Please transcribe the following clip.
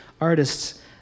artists